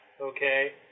okay